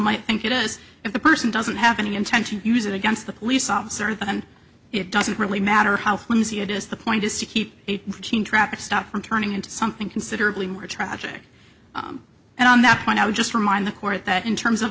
it is if the person doesn't have any intention to use it against the police officer then it doesn't really matter how flimsy it is the point is to keep a routine traffic stop from turning into something considerably more tragic and on that point i would just remind the court that in terms of